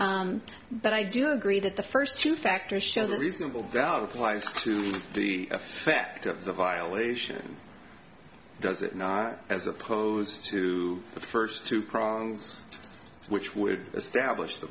but i do agree that the first two factors show that reasonable doubt lies to the effect of the violation does it as opposed to the first two prongs which would establish the